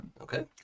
Okay